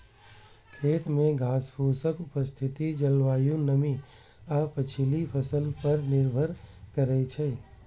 खेत मे घासफूसक उपस्थिति जलवायु, नमी आ पछिला फसल पर निर्भर करै छै